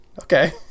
Okay